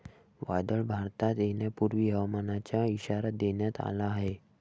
वादळ भारतात येण्यापूर्वी हवामानाचा इशारा देण्यात आला आहे